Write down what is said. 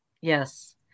Yes